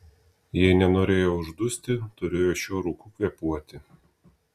jei nenorėjo uždusti turėjo šiuo rūku kvėpuoti